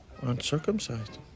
Uncircumcised